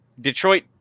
Detroit